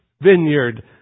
vineyard